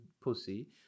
pussy